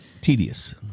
tedious